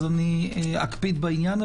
אז אקפיד בעניין,